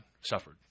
suffered